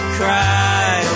cry